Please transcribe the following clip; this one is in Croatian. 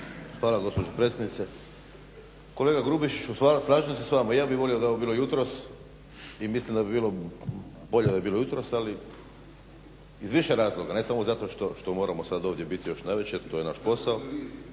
Hvala gospođo predsjednice. Kolega Grubišiću slažem se s vama i ja bih volio da je ovo bilo jutros i mislim da bi bilo bolje da je bilo jutros iz više razloga, a ne samo zato što moramo biti ovdje još navečer, to je naš posao.